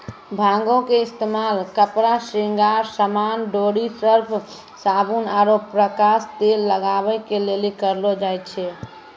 भांगो के इस्तेमाल कपड़ा, श्रृंगार समान, डोरी, सर्फ, साबुन आरु प्रकाश तेल बनाबै के लेली करलो जाय छै